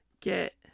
get